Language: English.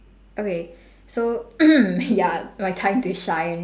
okay so ya my time to shine